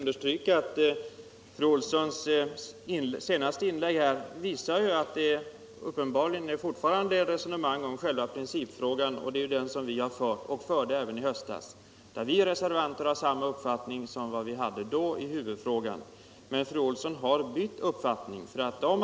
Herr talman! Jag vill understryka att fru Olssons i Hölö senaste inlägg visar att resonemanget uppenbarligen gäller själva principfrågan. Det är det resonemanget som vi för och som vi förde även i höstas. Vi reservanter har samma uppfattning i huvudfrågan som vi hade då, men fru Olsson har bytt uppfattning.